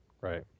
Right